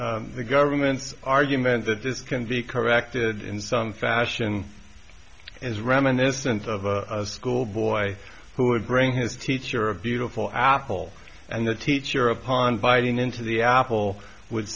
the government's argument that this can be corrected in some fashion is reminiscent of a school boy who would bring his teacher a beautiful apple and the teacher upon biting into the apple would